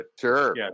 Sure